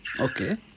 Okay